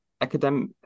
Academic